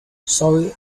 sorry